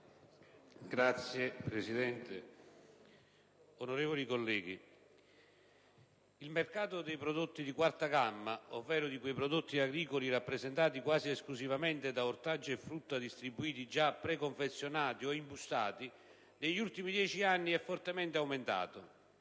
il mercato dei prodotti di quarta gamma (ovvero di quei prodotti agricoli rappresentati quasi esclusivamente da ortaggi e frutta distribuiti già preconfezionati o imbustati) negli ultimi dieci anni è fortemente aumentato: